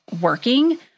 working